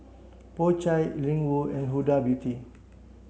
Po Chai Ling Wu and Huda Beauty